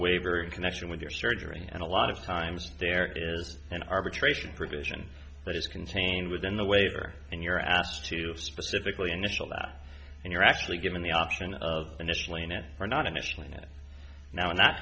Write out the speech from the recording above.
waiver in connection with your surgery and a lot of times there is an arbitration provision that is contained within the waiver and you're asked to specifically initial that you're actually given the option of initialing it or not initially in it now in that